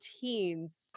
teens